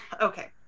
Okay